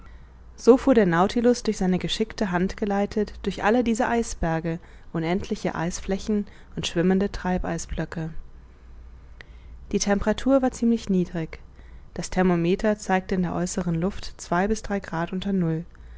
so fuhr der nautilus durch seine geschickte hand geleitet durch alle diese eisberge unendliche eisflächen und schwimmende treibeisblöcke die temperatur war ziemlich niedrig das thermometer zeigte in der äußeren luft zwei bis drei grad unter null